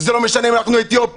זה לא משנה אם אנחנו אתיופים.